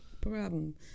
problem